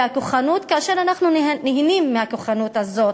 הכוחנות כאשר אנחנו נהנים מהכוחנות הזאת.